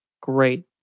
Great